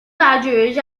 badgers